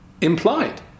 implied